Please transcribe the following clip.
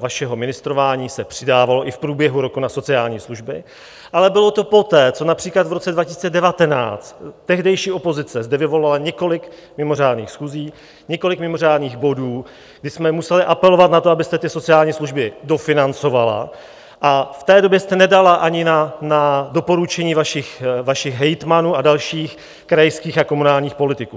vašeho ministrování se přidávalo i v průběhu roku na sociální služby, ale bylo to poté, co například v roce 2019 tehdejší opozice zde vyvolala několik mimořádných schůzí, několik mimořádných bodů, kdy jsme museli apelovat na to, abyste ty sociální služby dofinancovala, a v té době jste nedala ani na doporučení vašich hejtmanů a dalších krajských a komunálních politiků.